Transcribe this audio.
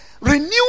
renew